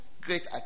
great